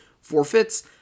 forfeits